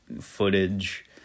footage